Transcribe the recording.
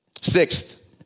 Sixth